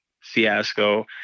fiasco